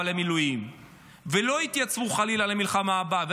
למילואים ולא יתייצבו חלילה למלחמה הבאה.